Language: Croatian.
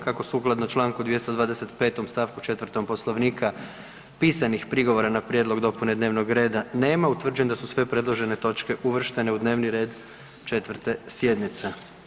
Kako sukladno čl. 225. st. 4 Poslovnika pisanih prigovora na prijedlog dopune dnevnog reda nema, utvrđujem da su sve predložene točke uvrštene u dnevni red 4. sjednice.